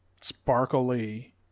sparkly